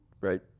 right